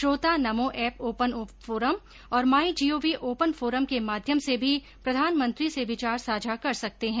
श्रोता NaMo app open forum और my gov open forum के माध्यम से भी प्रधानमंत्री से विचार साझा कर सकते हैं